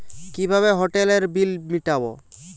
কিভাবে হোটেলের বিল মিটাব?